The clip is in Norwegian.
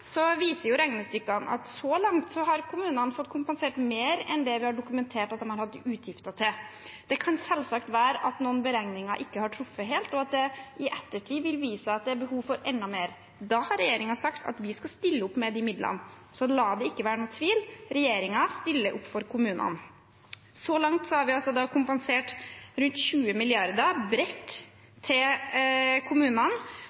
viser regnestykkene at så langt har kommunene fått kompensert mer enn det de har dokumentert at de har hatt utgifter til. Det kan selvsagt være at noen beregninger ikke har truffet helt, og at det i ettertid vil vise seg at det er behov for enda mer. Da har regjeringen sagt at vi skal stille opp med de midlene, så la det ikke være noen tvil – regjeringen stiller opp for kommunene. Så langt har vi kompensert rundt 20 mrd. kr – bredt – til kommunene,